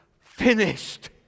finished